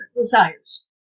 desires